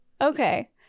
Okay